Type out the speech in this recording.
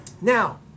Now